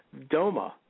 DOMA